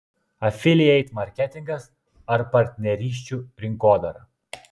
afilieit marketingas ar partnerysčių rinkodara